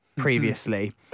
previously